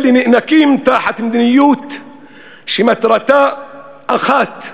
אלה נאנקים תחת מדיניות שמטרתה אחת: